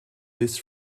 this